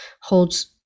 holds